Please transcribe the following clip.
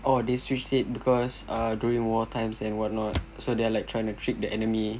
oh they switched it because ah during war times and whatnot so they are like trying to trick the enemy